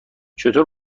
چطور